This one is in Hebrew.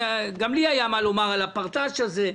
גם לי היה מה לומר על הפרטץ' הזה.